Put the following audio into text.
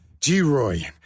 G-Roy